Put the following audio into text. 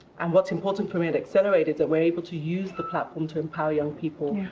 and what's important for me at accelerate is that we're able to use the platform to empower young people.